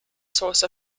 source